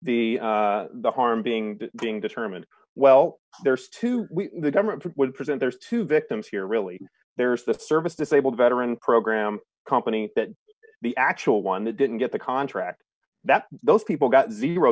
the the harm being being determined well there's two the government would present there's two victims here really there's the service disabled veteran program company that the actual one that didn't get the contract that those people got zero